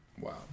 Wow